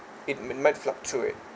it might fluctuate